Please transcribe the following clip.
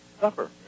supper